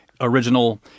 Original